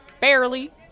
barely